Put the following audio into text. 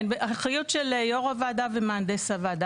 כן, אחריות של יו"ר הוועדה ומהנדס הוועדה.